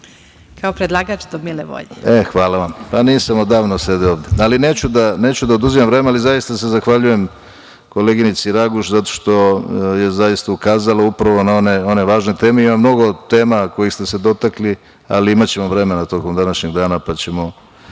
Kao predlagač do mile volje. **Branko Ružić** Hvala vam. Nisam odavno sedeo ovde. Neću da oduzimam vreme, ali zaista se zahvaljujem koleginici Raguš zato što je ukazala upravo na one važne teme. Ima mnogo tema kojih ste se dotakli, ali imaćemo vremena tokom današnjeg dana pa ćemo